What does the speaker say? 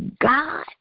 God